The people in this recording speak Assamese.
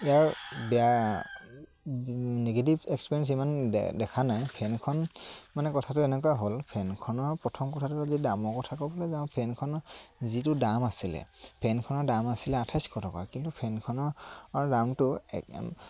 ইয়াৰ বেয়া নিগেটিভ এক্সপেৰিয়েঞ্চ ইমান দেখা নাই ফেনখন মানে কথাটো এনেকুৱা হ'ল ফেনখনৰ প্ৰথম কথাটো হ'ল যে দামৰ কথা ক'বলৈ যাওঁ ফেনখন যিটো দাম আছিলে ফেনখনৰ দাম আছিলে আঁঠাইছশ টকা কিন্তু ফেনখনৰ দামটো